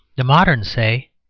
the moderns say,